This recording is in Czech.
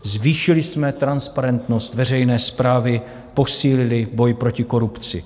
Zvýšili jsme transparentnost veřejné správy, posílili boj proti korupci.